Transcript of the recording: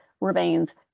remains